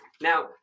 Now